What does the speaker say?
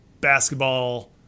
basketball